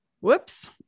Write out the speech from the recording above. whoops